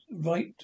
right